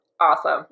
Awesome